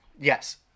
Yes